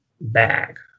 bag